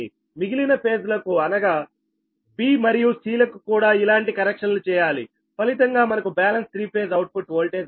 మిగిలిన ఫేజ్ లకు అనగా b మరియు c లకు కూడా ఇలాంటి కనెక్షన్లు చేయాలి ఫలితంగా మనకు balance three phase output voltage రావాలి